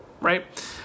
right